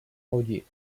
lodi